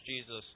Jesus